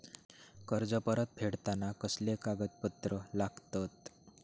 कर्ज परत फेडताना कसले कागदपत्र लागतत?